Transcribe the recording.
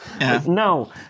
No